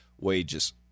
wages